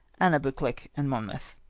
anna bcccleuch and monmouth.